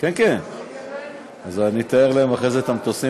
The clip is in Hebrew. בהתחלה חשבתי לארגן לך גם איזה כרטיס,